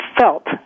felt